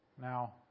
Now